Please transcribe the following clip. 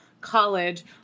college